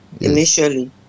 initially